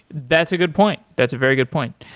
that's a good point. that's a very good point.